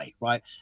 right